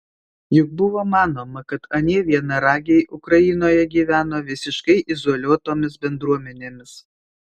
juk buvo manoma kad anie vienaragiai ukrainoje gyveno visiškai izoliuotomis bendruomenėmis